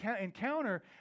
encounter